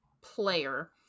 player